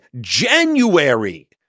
January